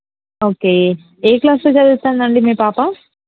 okay ఏ క్లాస్లో చదువుతుందండి మీ పాప